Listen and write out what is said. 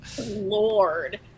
Lord